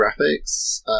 graphics